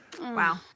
Wow